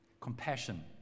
compassion